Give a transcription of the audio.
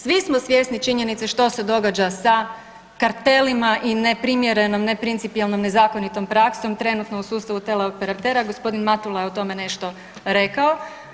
Svi smo svjesni činjenice što se događa sa kartelima i neprimjerenom, neprincipijelnom, nezakonitom praksom trenutno u sustavu tele-operatera, gospodin Matula je o tome nešto rekao.